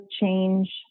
change